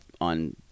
on